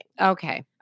Okay